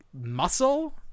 muscle